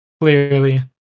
Clearly